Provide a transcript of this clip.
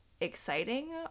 exciting